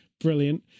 brilliant